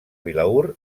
vilaür